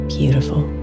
Beautiful